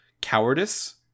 cowardice